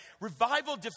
Revival